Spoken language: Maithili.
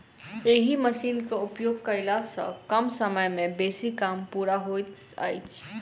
एहि मशीनक उपयोग कयला सॅ कम समय मे बेसी काम पूरा होइत छै